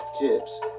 tips